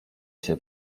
się